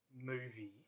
movie